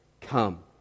come